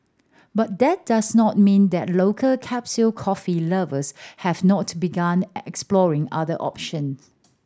but that does not mean that local capsule coffee lovers have not begun exploring other options